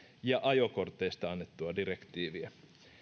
ja ajokorteista annettua direktiiviä